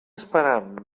esperant